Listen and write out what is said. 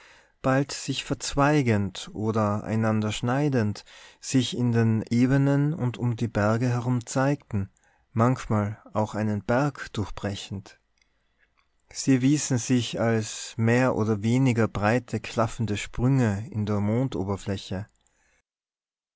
bald sich verzweigend oder einander schneidend sich in den ebenen und um die berge herum zeigten manchmal auch einen berg durchbrechend sie erwiesen sich als mehr oder weniger breite klaffende sprünge in der